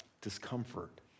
discomfort